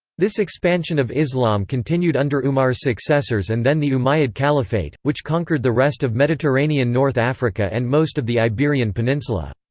this expansion of islam continued under umar's successors and then the umayyad caliphate, which conquered the rest of mediterranean north africa and most of the iberian peninsula.